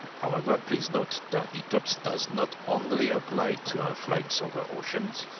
however, please note that etops does not only apply to flights over oceans,